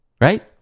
Right